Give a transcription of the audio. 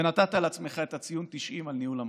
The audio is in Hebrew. ונתת לעצמך את הציון 90 על ניהול המשבר.